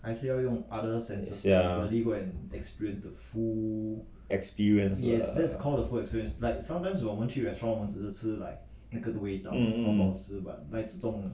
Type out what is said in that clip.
ya experience ah hmm hmm